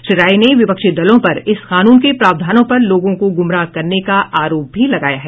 श्री राय ने विपक्षी दलों पर इस कानून के प्रावधानों पर लोगों को गुमराह करने का आरोप भी लगाया है